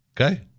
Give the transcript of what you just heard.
Okay